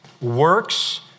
works